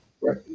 Right